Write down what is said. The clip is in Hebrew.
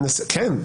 כן.